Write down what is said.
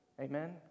Amen